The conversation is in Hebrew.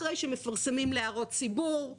אחרי שמפרסמים להערות ציבור,